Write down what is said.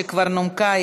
שכבר נומקה,